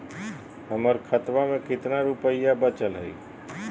हमर खतवा मे कितना रूपयवा बचल हई?